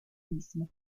misma